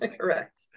Correct